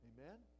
Amen